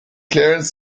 clarence